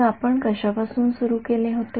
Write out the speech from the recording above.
मग आपण कशा पासून सुरु केले होते